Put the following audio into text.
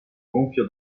gonfio